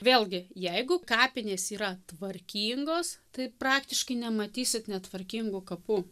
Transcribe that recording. vėlgi jeigu kapinės yra tvarkingos tai praktiškai nematysit netvarkingų kapų